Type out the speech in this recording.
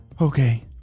Okay